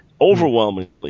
Overwhelmingly